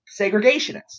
segregationists